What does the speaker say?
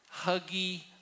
huggy